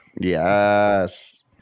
Yes